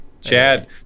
Chad